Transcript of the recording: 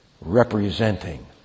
representing